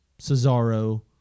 Cesaro